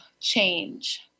change